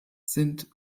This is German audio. sind